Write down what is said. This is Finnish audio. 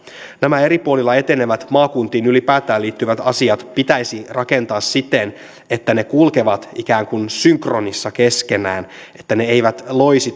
nämä eri puolilla etenevät maakuntiin ylipäätään liittyvät asiat pitäisi rakentaa siten että ne kulkevat ikään kuin synkronissa keskenään että ne eivät loisi